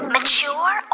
Mature